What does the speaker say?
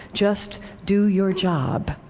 just do your job.